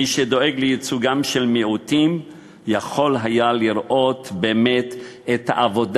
מי שדואג לייצוגם של מיעוטים יכול היה לראות באמת את העבודה